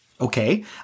Okay